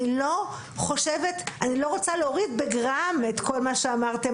אני לא רוצה להוריד בגרם את כל מה שאמרתם